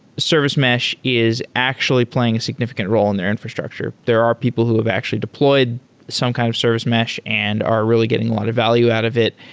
service mesh is actually playing a signifi cant role in their infrastructure there are people who have actually deployed some kind of service mesh and are really getting a lot of value out of it.